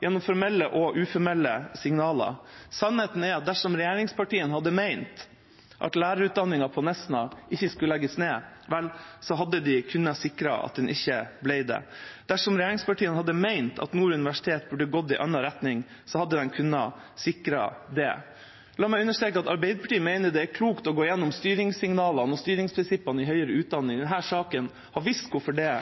gjennom formelle og uformelle signaler. Sannheten er at dersom regjeringspartiene hadde ment at lærerutdanningen på Nesna ikke skulle legges ned, hadde de kunnet sikre at den ikke ble det. Dersom regjeringspartiene hadde ment at Nord universitet burde ha gått i en annen retning, hadde de kunnet sikre det. La meg understreke at Arbeiderpartiet mener det er klokt å gå gjennom styringssignalene og styringsprinsippene innen høyere utdanning. Denne saken har vist hvorfor det